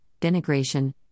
denigration